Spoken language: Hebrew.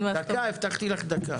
דקה, הבטחתי לך דקה.